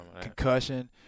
concussion